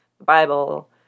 Bible